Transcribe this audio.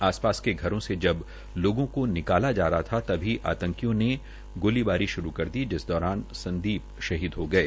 आस पास के घरों से जब लोगों को निकाला जा रहा था तभी आंतकियों ने गोलीबारी श्रू कर दी जिस दौरान संदीप शहीद हो गये